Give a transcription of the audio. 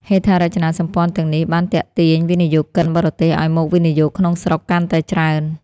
ហេដ្ឋារចនាសម្ព័ន្ធទាំងនេះបានទាក់ទាញវិនិយោគិនបរទេសឱ្យមកវិនិយោគក្នុងស្រុកកាន់តែច្រើន។